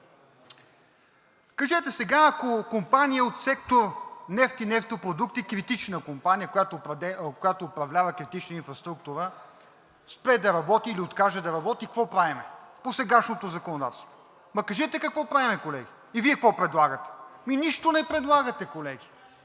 Кажете сега, ако компания от сектор „Нефт и нефтопродукти“, критична компания, която управлява критична инфраструктура, спре да работи, или откаже да работи, какво правим по сегашното законодателство? Ама кажете какво правим, колеги? И Вие какво предлагате? Ами нищо не предлагате, колеги.